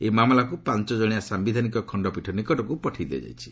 ଏହି ମାମଲାକୁ ପାଞ୍ଚ ଜଣିଆ ସାୟିଧାନିକ ଖଣ୍ଡପୀଠ ନିକଟକ୍ତ ପଠାଇଦିଆଯାଇଛି